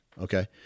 Okay